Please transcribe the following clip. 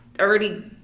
already